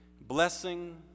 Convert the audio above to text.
Blessing